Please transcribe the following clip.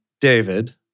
David